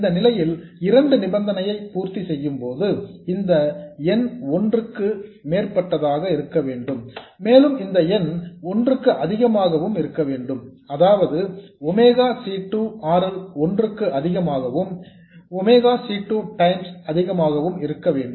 இந்த நிலையில் இரண்டு நிபந்தனை பூர்த்தி செய்யும் போது இந்த எண் ஒன்றுக்கு மேற்பட்டதாக இருக்க வேண்டும் மேலும் இந்த எண் ஒன்றுக்கு அதிகமாக இருக்க வேண்டும் அதாவது ஒமேகா C 2 R L ஒன்றுக்கு அதிகமாகவும் ஒமேகா C 2 டைம்ஸ் அதிகமாகவும் இருக்க வேண்டும்